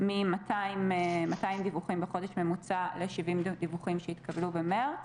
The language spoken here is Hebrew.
מ-200 דיווחים בחודש ממוצע ל-70 דיווחים שהתקבלו במרץ,